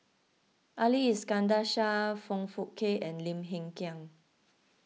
Ali Iskandar Shah Foong Fook Kay and Lim Hng Kiang